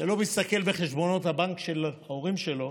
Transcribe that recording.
שלא מסתכל בחשבונות הבנק של ההורים שלו